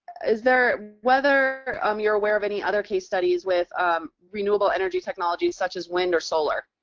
is there whether um you're aware of any other case studies with renewable energy technology such as wind or solar.